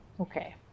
Okay